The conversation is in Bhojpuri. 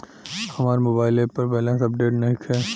हमार मोबाइल ऐप पर बैलेंस अपडेट नइखे